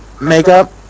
makeup